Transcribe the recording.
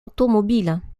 automobile